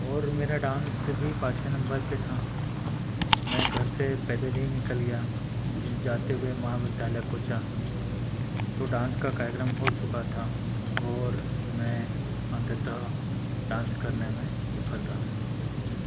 और मेरा डांस भी पाँचवे नम्बर पे था मैं घर से पैदल ही निकल गया जाते हुए महाविद्यालय पहुँचा तो डांस का कार्यक्रम हो चुका था और मैं अंततः डांस करने में विफल रहा